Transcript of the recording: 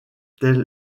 tel